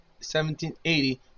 1780